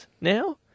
now